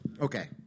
okay